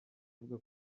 avuga